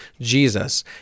Jesus